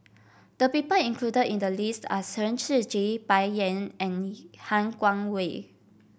the people included in the list are Chen Shiji Bai Yan and Han Guangwei